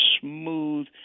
smooth